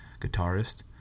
guitarist